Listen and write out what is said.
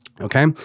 Okay